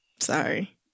Sorry